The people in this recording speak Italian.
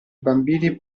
bambini